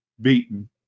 beaten